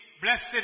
Blessed